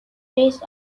based